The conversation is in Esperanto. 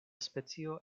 specio